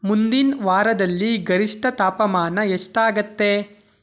ಮುಂದಿನ ವಾರದಲ್ಲಿ ಗರಿಷ್ಠ ತಾಪಮಾನ ಎಷ್ಟಾಗತ್ತೆ